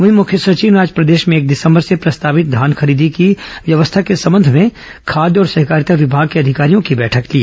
वहीं मुख्य सचिव ने आज प्रदेश में एक दिसंबर से प्रस्तावित धान खरीदी की व्यवस्था के संबंध में खाद्य और सहकारिता विभाग के अधिकारियों की बैठक ली